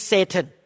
Satan